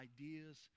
ideas